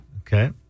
Okay